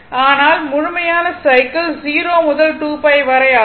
ஆனால் முழுமையான சைக்கிள் 0 முதல் 2π வரை ஆகும்